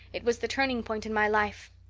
it was the turning point in my life.